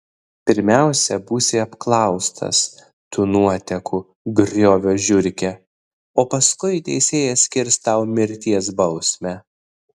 pirmiausia būsi apklaustas tu nuotekų griovio žiurke o paskui teisėjas skirs tau mirties bausmę